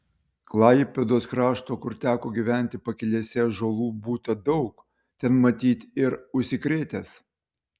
klaipėdos krašto kur teko gyventi pakelėse ąžuolų būta daug ten matyt ir užsikrėtęs